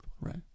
Right